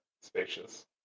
spacious